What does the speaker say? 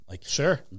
Sure